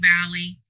Valley